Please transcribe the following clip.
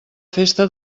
festa